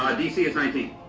dc is nineteen.